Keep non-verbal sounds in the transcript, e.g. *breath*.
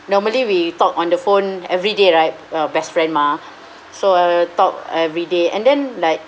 normally we talk on the phone everyday right uh best friend mah *breath* so talk everyday and then like